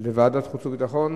ועדת החוץ והביטחון.